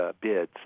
bids